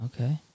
Okay